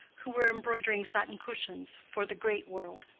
who were embroidering satin cushions for the great world.